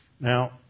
Now